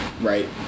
right